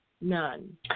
None